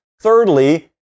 Thirdly